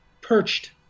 perched